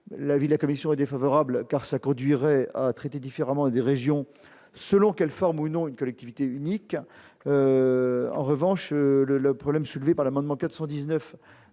l'avis de la commission est défavorable car cela conduirait à traiter différemment des régions selon quelle forme ou non une collectivité unique en revanche le le problème soulevé par l'amendement 419